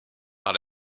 par